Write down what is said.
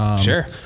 sure